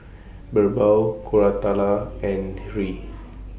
Birbal Koratala and Hri